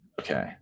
Okay